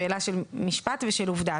שאלה של משפט ושל עובדה.